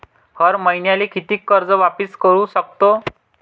हर मईन्याले कितीक कर्ज वापिस करू सकतो?